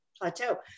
plateau